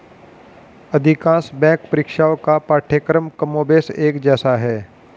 अधिकांश बैंक परीक्षाओं का पाठ्यक्रम कमोबेश एक जैसा है